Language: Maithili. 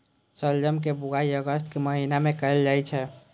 शलजम के बुआइ अगस्त के महीना मे कैल जाइ छै